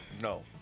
No